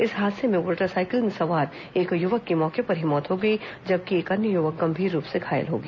इस हादसे में मोटरसाइकिल में सवार एक युवक की मौके पर ही मौत हो गई जबकि एक अन्य युवक गंभीर रूप से घायल हो गया